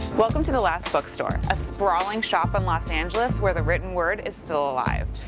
welcome to the last bookstore, a sprawling shop in los angeles where the written word is still alive.